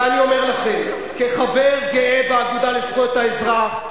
ואני אומר לכם כחבר גאה באגודה לזכויות האזרח: